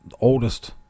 oldest